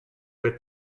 per